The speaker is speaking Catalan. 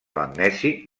magnesi